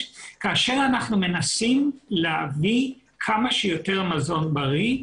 כאשר אנחנו מנסים להביא כמה שיותר מזון בריא,